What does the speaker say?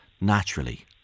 naturally